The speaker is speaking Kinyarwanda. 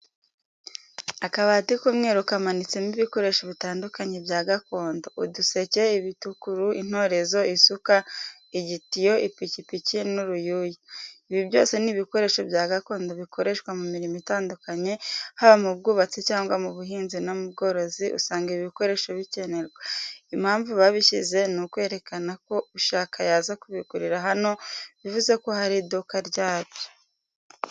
Akabati k'umweru kamanitsemo ibikoresho bitandukanye bya gakondo uduseke, ibitukuru, intorezo, isuka, igitiyo, ipiki, n'uruyuya. Ibi byose ni ibikoresho bya gakondo bikoreshwa mu mirimo itandukanye, haba mu bwubatsi cyangwa mu buhinzi no mu bworozi usanga ibi bikoresho bikenerwa. Impamvu babishyize ni ukwerekana ko ubishaka yaza kubigurira hano bivuze ko hari iduka ryabyo.